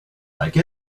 like